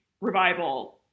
revival